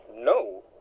No